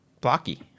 blocky